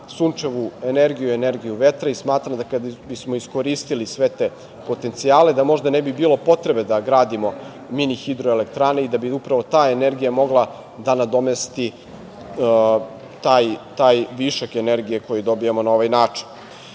sunčevu energiju i energiju vetra i smatram kada bismo iskoristili sve te potencijale, da možda ne bi bilo potrebe da gradimo mini hidroelektrane i da bi upravo ta energija mogla da nadomesti taj višak energije koji dobijamo na ovaj način. Dobra